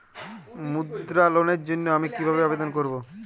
মুদ্রা লোনের জন্য আমি কিভাবে আবেদন করবো?